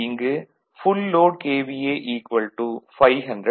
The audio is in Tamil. இங்கு ஃபுல் லோட் KVA 500 KVA